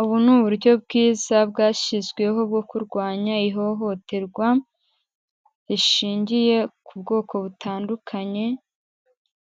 Ubu ni uburyo bwiza bwashyizweho bwo kurwanya ihohoterwa rishingiye ku bwoko butandukanye,